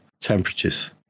temperatures